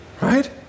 right